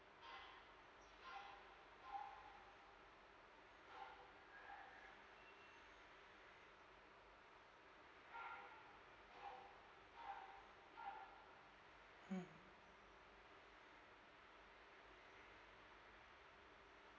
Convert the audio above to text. mm